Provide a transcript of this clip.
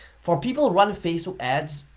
for people who run facebook ads,